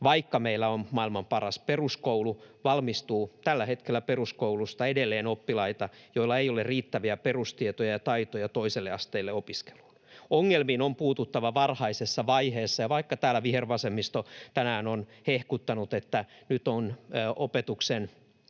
Vaikka meillä on maailman paras peruskoulu, valmistuu tällä hetkellä peruskoulusta edelleen oppilaita, joilla ei ole riittäviä perustietoja ja ‑taitoja toisella asteella opiskeluun. Ongelmiin on puututtava varhaisessa vaiheessa, ja vaikka täällä vihervasemmisto tänään on hehkuttanut, että nyt on opetuksen